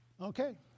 Okay